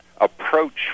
approach